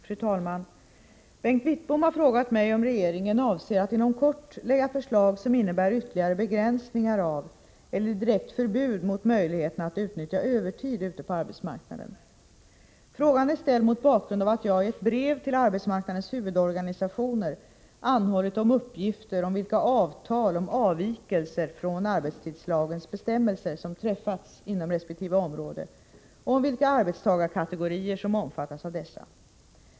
Fru talman! Bengt Wittbom har frågat mig om regeringen avser att inom kort lägga fram förslag som innebär ytterligare begränsningar av, eller direkt förbud mot, möjligheterna att utnyttja övertid ute på arbetsmarknaden. Frågan är ställd mot bakgrund av att jag i ett brev till arbetsmarknadens huvudorganisationer anhållit om uppgifter om vilka avtal om avvikelser från arbetstidslagens bestämmelser som träffats inom resp. område och om vilka arbetstagarkategorier som omfattas av dessa.